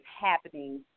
happening